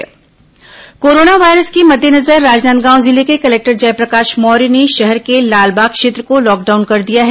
corona जिला corona virus के मद्देनजर राजनांदगांव जिले के कलेक्टर जयप्रकाश मौर्य ने शहर के लालबाग क्षेत्र को लॉकडाउन कर दिया है